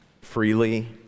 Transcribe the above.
freely